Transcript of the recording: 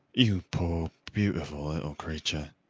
you poor, beautiful little creature,